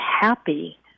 happy